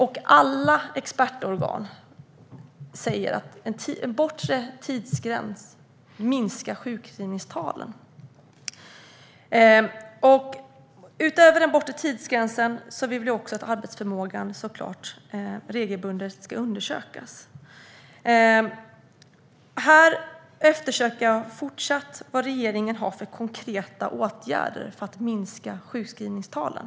Alla expertorgan säger att en bortre tidsgräns minskar sjukskrivningstalen. Utöver den bortre tidsgränsen vill vi såklart att arbetsförmågan regelbundet ska undersökas. Här efterlyser jag fortsatt vad regeringen har för konkreta åtgärder för att minska sjukskrivningstalen.